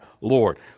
Lord